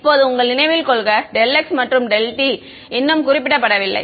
இப்போது உங்கள் நினைவில் கொள்க x மற்றும் t இன்னும் குறிப்பிடப்படவில்லை